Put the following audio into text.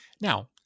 Now